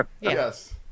yes